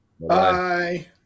Bye